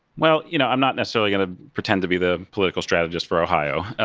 well, you know, i'm not necessarily going to pretend to be the political strategist for ohio.